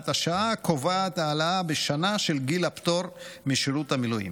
השעה הקובעת העלאה בשנה של גיל הפטור משירות המילואים.